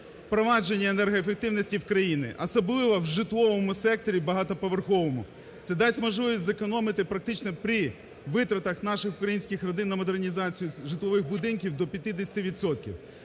впровадження енергоефективності в країні, особливо в житловому секторі багатоповерховому. Це дасть можливість зекономити, практично, при витратах наших українських родин на модернізацію житлових будинків до 50